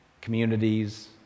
communities